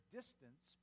distance